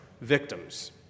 victims